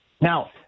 Now